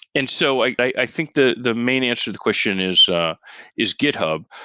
and so i think the the main answer to the question is ah is github.